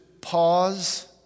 pause